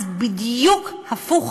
אז היה בדיוק הפוך,